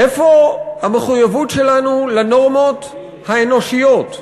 איפה המחויבות שלנו לנורמות האנושיות?